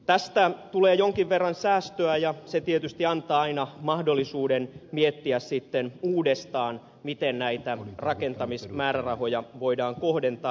tästä tulee jonkin verran säästöä ja se tietysti antaa aina mahdollisuuden miettiä sitten uudestaan miten näitä rakentamismäärärahoja voidaan kohdentaa